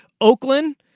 Oakland